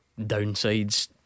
downsides